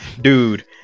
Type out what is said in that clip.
dude